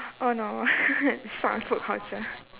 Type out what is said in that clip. oh no short on food culture